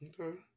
Okay